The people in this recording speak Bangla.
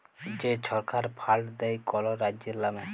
যে ছরকার ফাল্ড দেয় কল রাজ্যের লামে